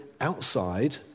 outside